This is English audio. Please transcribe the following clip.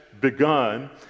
begun